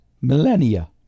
millennia